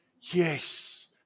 Yes